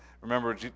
Remember